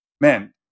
man